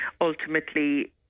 ultimately